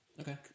Okay